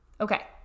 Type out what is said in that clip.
Okay